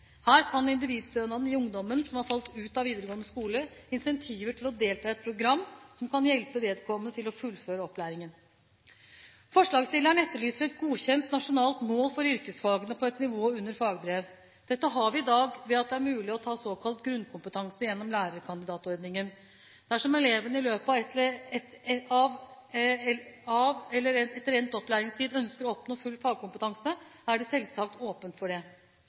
Her kan individstønaden gi ungdom som har falt ut av videregående skole, incentiver til å delta i et program som kan hjelpe vedkommende til å fullføre opplæringen. Forslagsstillerne etterlyser et godkjent nasjonalt mål for yrkesfagene på et nivå under fagbrev. Dette har vi i dag ved at det er mulig å ta såkalt grunnkompetanse gjennom lærekandidatordningen. Dersom eleven i løpet av eller etter endt opplæringstid ønsker å oppnå full fagkompetanse, er det selvsagt åpent for det.